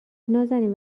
نازنین